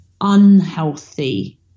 unhealthy